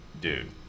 dude